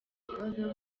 kibazo